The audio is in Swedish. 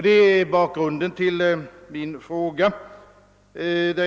Det är bakgrunden till min fråga.